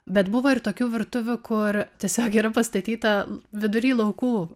bet buvo ir tokių virtuvių kur tiesiog yra pastatyta vidury laukų